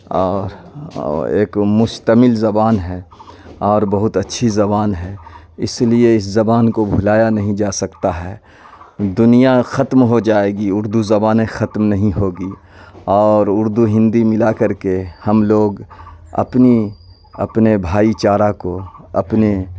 اور ایک مستعمل زبان ہے اور بہت اچھی زبان ہے اس لیے اس زبان کو بھلایا نہیں جا سکتا ہے دنیا ختم ہو جائے گی اردو زبانیں ختم نہیں ہوگی اور اردو ہندی ملا کر کے ہم لوگ اپنی اپنے بھائی چارہ کو اپنے